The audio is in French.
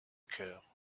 cœurs